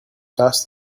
passed